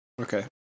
Okay